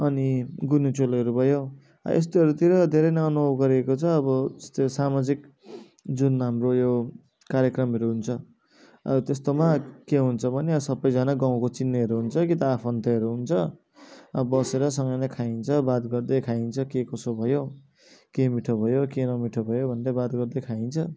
अनि गुन्यु चोलोहरू भयो यस्तोहरूतिर धेरै नै अनुभव गरेको छ अब यस्तो सामाजिक जुन हाम्रो यो कार्यक्रमहरू हुन्छ त्यस्तोमा के हुन्छ भने सबजना गाउँको चिन्नेहरू हुन्छ कि त आफन्तहरू हुन्छ बसेर सँगै नै खाइन्छ बात गर्दै खाइन्छ के कसो भयो के मिठो भयो के नमिठो भयो भन्दै बात गर्दै खाइन्छ